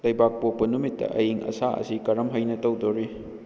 ꯂꯩꯕꯥꯛꯄꯣꯛꯄ ꯅꯨꯃꯤꯠꯇ ꯑꯏꯡ ꯑꯁꯥ ꯑꯁꯤ ꯀꯔꯝ ꯍꯥꯏꯅ ꯇꯧꯗꯣꯔꯤ